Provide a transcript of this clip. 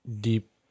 deep